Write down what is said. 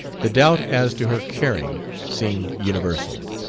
the doubt as to her caring seemed universal.